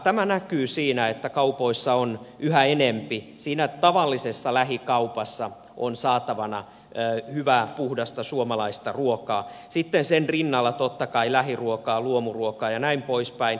tämä näkyy siinä että kaupoissa siinä tavallisessa lähikaupassa on yhä enempi saatavana hyvää puhdasta suomalaista ruokaa sitten sen rinnalla totta kai lähiruokaa luomuruokaa ja näin poispäin